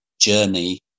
journey